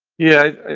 yeah,